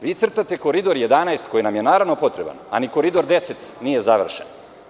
Vi crtate koridor 11, koji nam je potreban, a ni Koridor 10 nije završen.